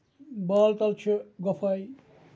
بال تل چھُ گۄپھاے